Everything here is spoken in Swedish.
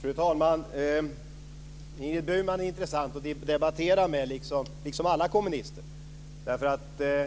Fru talman! Det är intressant att debattera med Ingrid Burman, liksom med alla kommunister.